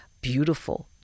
beautiful